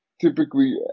typically